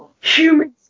humans